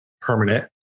permanent